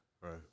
right